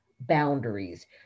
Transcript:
boundaries